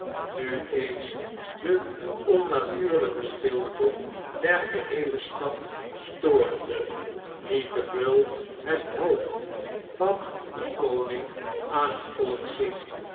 nu eens de onnatuurln'ke stilte der geheele stad storende liet de beul het hoofd van den koning aan het volk zien